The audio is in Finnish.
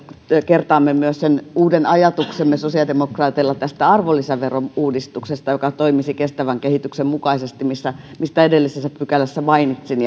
kertaamme myös sen uuden ajatuksemme sosiaalidemokraateilla tästä arvonlisäverouudistuksesta joka toimisi kestävän kehityksen mukaisesti mistä edellisessä pykälässä mainitsin